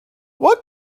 what